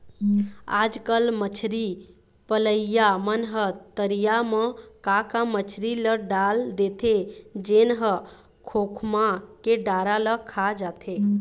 आजकल मछरी पलइया मन ह तरिया म का का मछरी ल डाल देथे जेन ह खोखमा के डारा ल खा जाथे